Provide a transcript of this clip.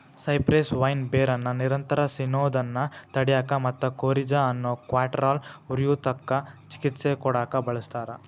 cypress vine ಬೇರನ್ನ ನಿರಂತರ ಸಿನೋದನ್ನ ತಡ್ಯಾಕ ಮತ್ತ ಕೋರಿಜಾ ಅನ್ನೋ ಕ್ಯಾಟರಾಲ್ ಉರಿಯೂತಕ್ಕ ಚಿಕಿತ್ಸೆ ಕೊಡಾಕ ಬಳಸ್ತಾರ